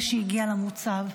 אחרי שהגיעה למוצב.